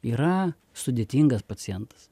yra sudėtingas pacientas